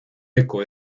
eco